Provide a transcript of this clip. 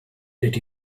did